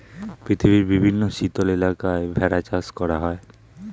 পৃথিবীর বিভিন্ন শীতল এলাকায় ভেড়া চাষ করা হয়